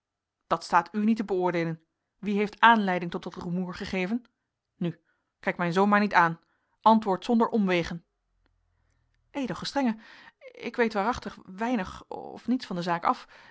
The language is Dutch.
dat staat u niet te beoordeelen wie heeft aanleiding tot dat rumoer gegeven nu kijk mijn zoon maar niet aan antwoord zonder omwegen edel gestrenge ik weet waarachtig weinig of niets van de zaak af